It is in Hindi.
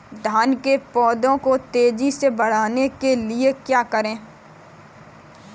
धान के पौधे को तेजी से बढ़ाने के लिए क्या करें?